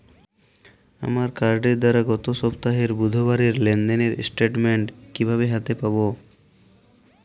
আমার কার্ডের দ্বারা গত সপ্তাহের বুধবারের লেনদেনের স্টেটমেন্ট কীভাবে হাতে পাব?